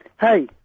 Hey